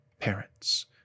parents